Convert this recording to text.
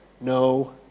No